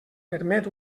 permet